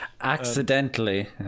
Accidentally